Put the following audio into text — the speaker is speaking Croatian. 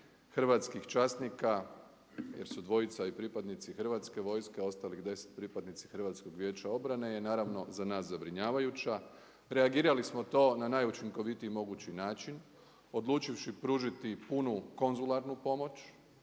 hrvatskih časnika jer su dvojica pripadnici Hrvatske vojske, ostalih 10 pripadnici HVO-a je naravno za nas zabrinjavajuća. Reagirali smo to na najučinkovitiji mogući način odlučivši pružiti punu konzularnu pomoć